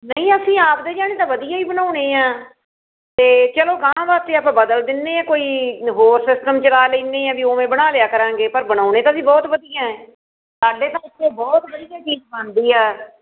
ਨਹੀਂ ਅਸੀਂ ਆਪਦੇ ਜਣੇ ਤਾਂ ਵਧੀਆ ਹੀ ਬਣਾਉਣੇ ਆ ਤੇ ਚਲੋ ਅਗਾਂਹ ਵਾਸਤੇ ਆਪਾਂ ਬਦਲ ਦਿੰਦੇ ਹਾਂ ਕੋਈ ਹੋਰ ਸਿਸਟਮ ਚਲਾ ਲੈਂਦੇ ਆ ਬਈ ਉਵੇਂ ਬਣਾ ਲਿਆ ਕਰਾਂਗੇ ਪਰ ਬਣਾਉਣੇ ਤਾਂ ਅਸੀਂ ਬਹੁਤ ਵਧੀਆ ਸਾਡੇ ਤਾਂ ਉਥੇ ਬਹੁਤ ਵਧੀਆ ਚੀਜ਼ ਬਣਦੀ ਆ